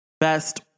best